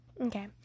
Okay